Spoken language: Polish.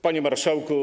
Panie Marszałku!